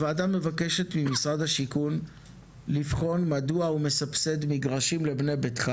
הוועדה מבקשת ממשרד השיכון לבחון מדוע הוא מסבסד מגרשים לבני ביתך